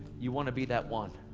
you want to be that one.